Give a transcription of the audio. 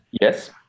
Yes